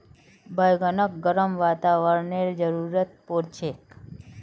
बैगनक गर्म वातावरनेर जरुरत पोर छेक